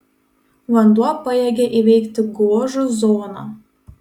vanduo pajėgia įveikti gožų zoną